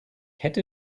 hätte